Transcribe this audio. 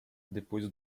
depois